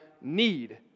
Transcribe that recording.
need